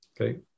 Okay